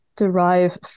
derive